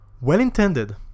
well-intended